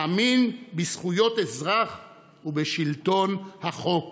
לפני פחות משלושה חודשים